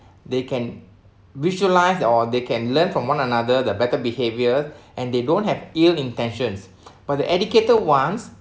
they can visualise that or they can learn from one another the better behaviour and they don't have ill intentions but the educated ones